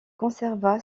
conserva